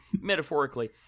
Metaphorically